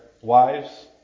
wives